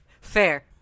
Fair